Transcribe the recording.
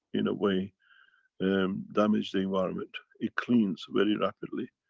in a way and damage the environment. it cleans very rapidly.